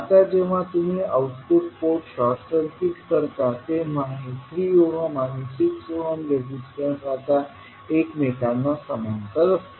आता जेव्हा तुम्ही आउटपुट पोर्ट शॉर्ट सर्किट करता तेव्हा हे 3 ओहम आणि 6 ओहम रेजिस्टन्स आता एकमेकांना समांतर असतात